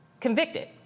convicted